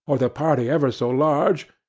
or the party ever so large,